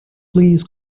please